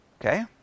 Okay